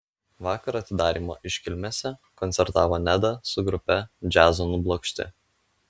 vakar atidarymo iškilmėse koncertavo neda su grupe džiazo nublokšti